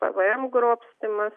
pvm grobstymas